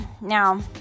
Now